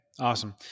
Awesome